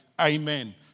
amen